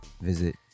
visit